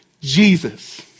Jesus